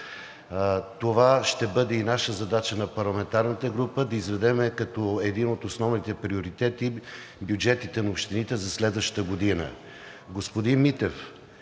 Това ще бъде и нашата задача на парламентарната група – да изведем като един от основните приоритети бюджетите на общините за следващата година.